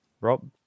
Rob